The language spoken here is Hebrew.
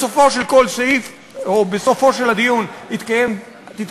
בסופו של כל סעיף או בסופו של הדיון תתקיים הצבעה,